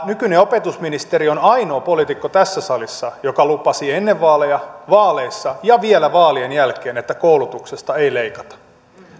nykyinen opetusministeri on ainoa poliitikko tässä salissa joka lupasi ennen vaaleja vaaleissa ja vielä vaalien jälkeen että koulutuksesta ei leikata